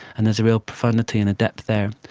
and there's a real profundity and a depth there.